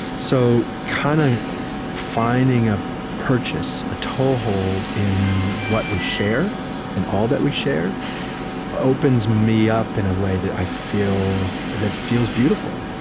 so kind of finding a purchase, a toehold in what we share and all that we share opens me up in a way that i feel that feels beautiful,